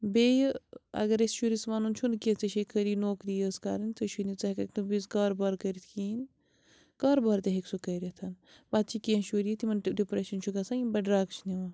بیٚیہِ اگر أسۍ شُرِس وَنُن چھُنہٕ کیٚنٛہہ ژےٚ چھے خٲلی نوکریی یٲژ کَرٕنۍ ژےٚ چھُے نہٕ ژٕ ہیٚککھ نہٕ تمہِ وِزۍ کاروبار کٔرِتھ کِہیٖنۍ کاروبار تہِ ہیٚکہِ سُہ کٔرِتھ پَتہٕ چھِ کیٚنٛہہ شُری یتھۍ تمَن تہِ ڈِپریٚشَن چھُ گژھان یِم پَتہٕ ڈرٛگٕس چھِ نِوان